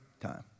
time